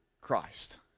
Christ